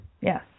Yes